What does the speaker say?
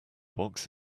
box